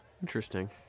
interesting